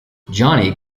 johnny